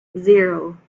zero